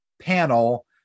panel